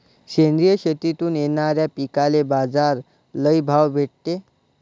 सेंद्रिय शेतीतून येनाऱ्या पिकांले बाजार लई भाव भेटते